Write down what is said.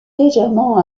légèrement